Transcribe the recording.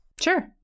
Sure